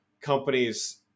companies